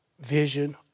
vision